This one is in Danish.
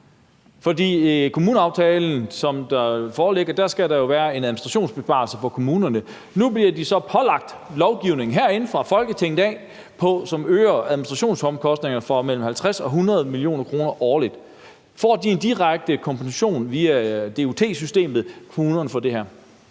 For i kommuneaftalen, som der foreligger, skal der jo være en administrationsbesparelse i kommunerne. Nu bliver de så pålagt lovgivning herinde fra Folketinget af, som øger administrationsomkostningerne for mellem 50 og 100 mio. kr. årligt. Får kommunerne en direkte kompensation via dut-systemet for det her?